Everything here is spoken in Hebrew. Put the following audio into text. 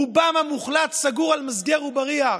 רובם המוחלט סגורים על סוגר ובריח.